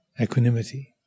equanimity